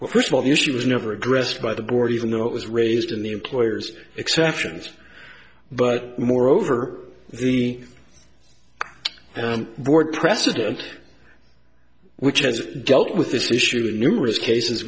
well first of all the issue was never addressed by the board even though it was raised in the employer's exceptions but moreover the board precedent which has dealt with this issue in numerous cases